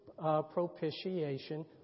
propitiation